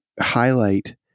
highlight